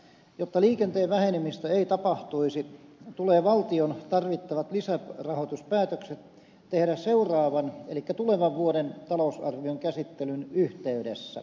jotta liikenteen vähenemistä ei tapahtuisi tulee valtion tarvittavat lisärahoituspäätökset tehdä seuraavan elikkä tulevan vuoden talousarvion käsittelyn yhteydessä